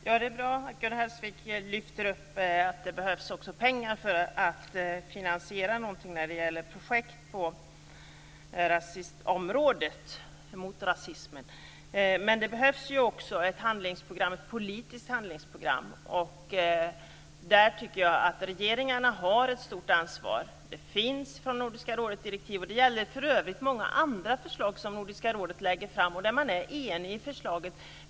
Fru talman! Det är bra att Gun Hellsvik lyfter fram att det också behövs pengar för att finansiera någonting när det gäller projekt på rasistområdet - Men det behövs också ett politiskt handlingsprogram. Där tycker jag att regeringarna har ett stort ansvar. Det finns direktiv från Nordiska rådet, och det gäller för övrigt också många andra förslag som Nordiska rådet lägger fram och där man är enig i förslaget.